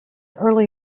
early